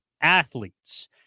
athletes